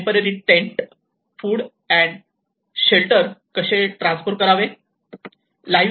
temporary tent food and shelter कसे transport करावे